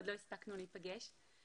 עוד לא הספקנו להיפגש.